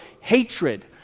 hatred